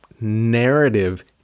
narrative